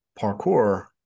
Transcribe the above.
parkour